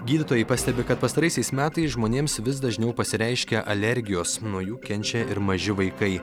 gydytojai pastebi kad pastaraisiais metais žmonėms vis dažniau pasireiškia alergijos nuo jų kenčia ir maži vaikai